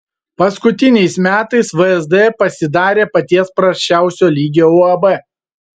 paskutiniais metais vsd pasidarė paties prasčiausio lygio uab